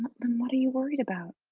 then what are you worried about?